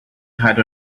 had